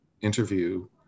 interview